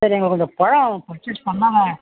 sir எங்களுக்கு கொஞ்சம் பழம் பர்ச்சேஸ் பண்ணணும்